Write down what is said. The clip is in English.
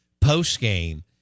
post-game